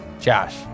Josh